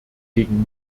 gegen